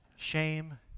Shame